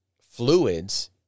fluids